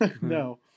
No